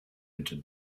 into